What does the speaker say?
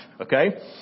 okay